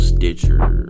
Stitcher